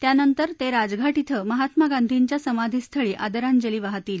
त्यानंतर ते राजघाट इथं महात्मा गांधींच्या समाधीस्थळी आदरांजली वाहतील